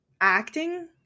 acting